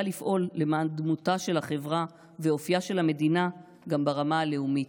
לפעול למען דמותה של החברה ואופייה של המדינה גם ברמה הלאומית.